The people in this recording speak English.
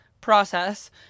process